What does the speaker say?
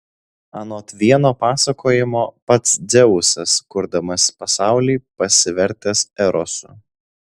anot vieno pasakojimo pats dzeusas kurdamas pasaulį pasivertęs erosu